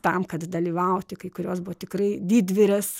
tam kad dalyvauti kai kurios buvo tikrai didvyrės